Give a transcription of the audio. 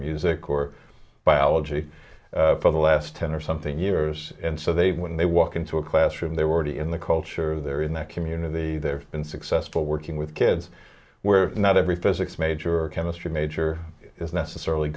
music or biology for the last ten or something years and so they when they walk into a classroom they were already in the culture they're in the community they're in successful working with kids where not every physics major or chemistry major is necessarily